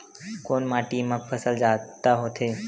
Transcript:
कोन माटी मा फसल जादा होथे?